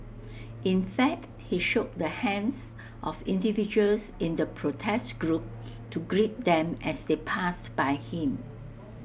in fact he shook the hands of individuals in the protest group to greet them as they passed by him